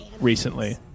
recently